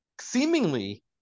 Seemingly